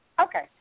Okay